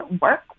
work